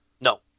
No